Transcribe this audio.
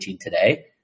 today